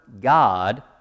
God